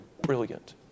brilliant